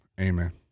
amen